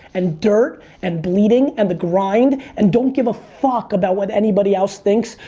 and dirt, and bleeding, and the grind, and don't give a fuck about what anybody else thinks,